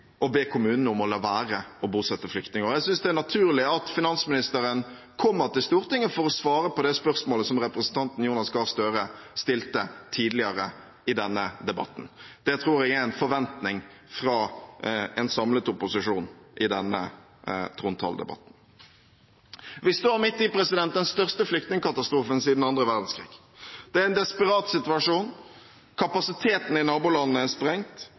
å be kommunene om å la være å bosette flyktninger. Jeg synes det er naturlig at finansministeren kommer til Stortinget for å svare på det spørsmålet som representanten Jonas Gahr Støre stilte tidligere i denne debatten. Det tror jeg er en forventning fra en samlet opposisjon i denne trontaledebatten. Vi står midt i den største flyktningkatastrofen siden annen verdenskrig. Det er en desperat situasjon. Kapasiteten i nabolandene er sprengt,